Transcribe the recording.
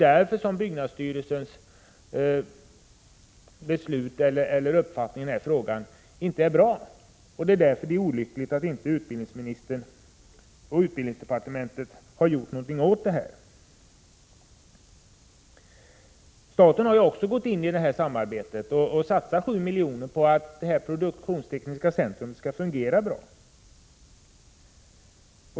Därför är byggnadsstyrelsens uppfattning i den här frågan inte bra, och därför är det olyckligt att utbildningsministern och utbildningsdepartementet inte har gjort någonting åt saken. Staten har också gått in i samarbetet och satsat 7 milj.kr. på att detta produktionstekniska centrum skall fungera bra.